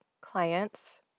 clients